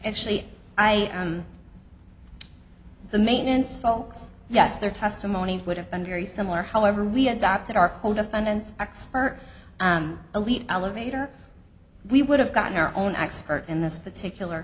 actually i and the maintenance folks yes their testimony would have been very similar however we adopted our co defendants expert an elite elevator we would have gotten our own expert in this particular